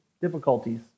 difficulties